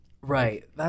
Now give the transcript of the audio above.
Right